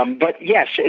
um but yes,